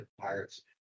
pirates